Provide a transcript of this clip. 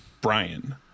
Brian